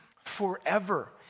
forever